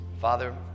Father